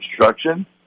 instruction